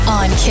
on